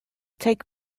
take